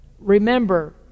Remember